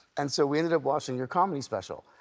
and so we ended up watching your comedy special.